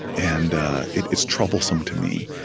and it is troublesome, to me.